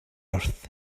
earth